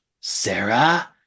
Sarah